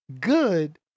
good